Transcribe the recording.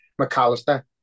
McAllister